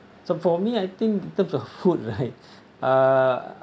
so for me I think in terms of food right uh